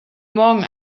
morgen